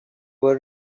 were